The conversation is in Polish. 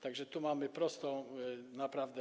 Tak że tu mamy prostą naprawdę.